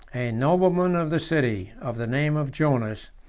a nobleman of the city, of the name of jonas,